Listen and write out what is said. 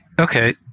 okay